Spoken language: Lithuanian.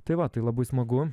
tai va tai labai smagu